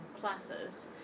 classes